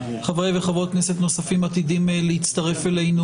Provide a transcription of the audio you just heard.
חברי וחברות כנסת נוספים עתידים להצטרף אלינו